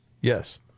Yes